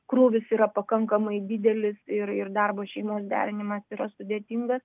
krūvis yra pakankamai didelis ir ir darbo šeimos derinimas yra sudėtingas